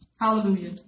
Hallelujah